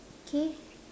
okay